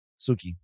Suki